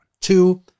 Two